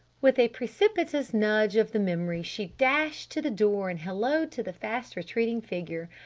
with a precipitous nudge of the memory she dashed to the door and helloed to the fast retreating figure.